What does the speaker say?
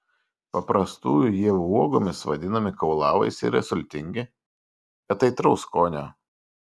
paprastųjų ievų uogomis vadinami kaulavaisiai yra sultingi bet aitraus skonio